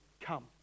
come